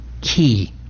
key